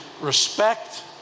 respect